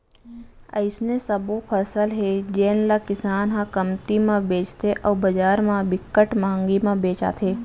अइसने सबो फसल हे जेन ल किसान ह कमती म बेचथे अउ बजार म बिकट मंहगी म बेचाथे